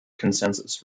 consensus